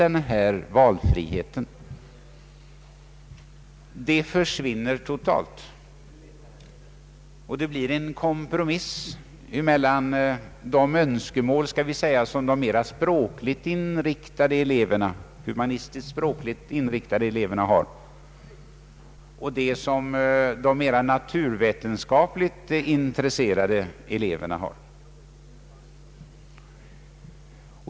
Den valfriheten försvinner totalt, och det blir en kompromiss mellan de önskemål, skall vi säga, som de mera humanistiskt-språkligt inriktade eleverna har och dem som de mera naturvetenskapligt inriktade eleverna har.